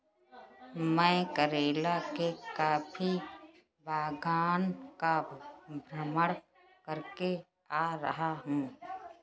मैं केरल के कॉफी बागान का भ्रमण करके आ रहा हूं